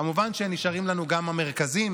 כמובן שנשארים לנו גם המרכזים,